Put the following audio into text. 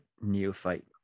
neophyte